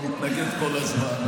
הוא מתנגד כל הזמן,